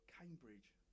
Cambridge